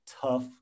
tough